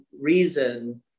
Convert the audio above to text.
reason